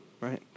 right